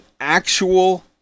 actual